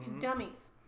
Dummies